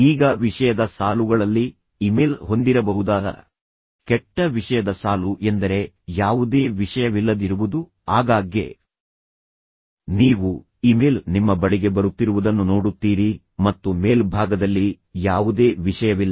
ಈಗ ವಿಷಯದ ಸಾಲುಗಳಲ್ಲಿ ಇಮೇಲ್ ಹೊಂದಿರಬಹುದಾದ ಕೆಟ್ಟ ವಿಷಯದ ಸಾಲು ಎಂದರೆ ಯಾವುದೇ ವಿಷಯವಿಲ್ಲದಿರುವುದು ಆಗಾಗ್ಗೆ ನೀವು ಇಮೇಲ್ ನಿಮ್ಮ ಬಳಿಗೆ ಬರುತ್ತಿರುವುದನ್ನು ನೋಡುತ್ತೀರಿ ಮತ್ತು ಮೇಲ್ಭಾಗದಲ್ಲಿ ಯಾವುದೇ ವಿಷಯವಿಲ್ಲ